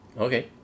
Okay